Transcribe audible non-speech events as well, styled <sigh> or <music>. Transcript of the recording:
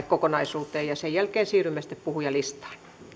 <unintelligible> kokonaisuuteen ja sen jälkeen siirrymme sitten puhujalistaan